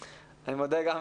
אני מודה לכל מי שהצטרף בזום,